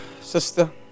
sister